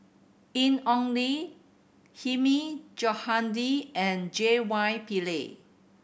Ian Ong Li Hilmi Johandi and J Y Pillay